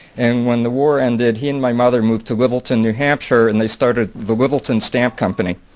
and when the war ended he and my mother moved to littleton, new hampshire and they started the littleton stamp company.